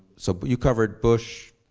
so but you covered bush,